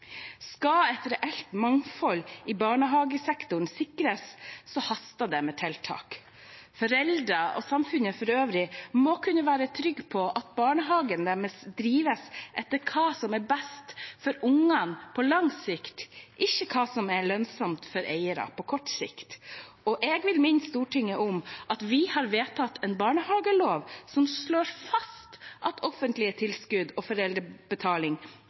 Skal et reelt mangfold i barnehagesektoren sikres, haster det med tiltak. Foreldre, og samfunnet for øvrig, må kunne være trygge på at barnehager drives etter hva som er best for ungene på lang sikt, ikke hva som er lønnsomt for eierne på kort sikt. Og jeg vil minne Stortinget om at vi har vedtatt en barnehagelov som slår fast at offentlige tilskudd og foreldrebetaling